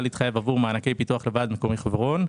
להתחייב עבור מענקי פיתוח לוועד מקומי חברון.